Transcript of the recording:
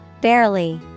Barely